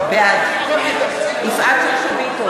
בעד יפעת שאשא ביטון,